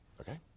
Okay